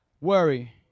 worry